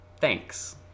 Thanks